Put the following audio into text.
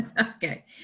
Okay